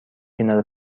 کنار